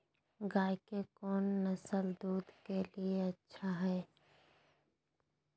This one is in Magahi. गाय के कौन नसल दूध के लिए अच्छा है?